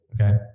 okay